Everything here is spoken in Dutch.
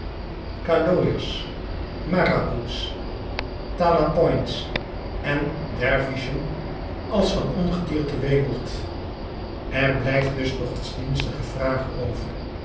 caloyers marabouts talapoins en dervischen als van ongedierte wemelt er blijft dus de godsdienstige vraag over